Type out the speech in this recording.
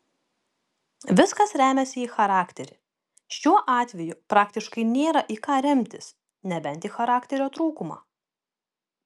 viskas remiasi į charakterį šiuo atveju praktiškai nėra į ką remtis nebent į charakterio trūkumą